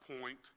point